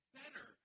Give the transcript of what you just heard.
better